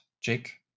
Jake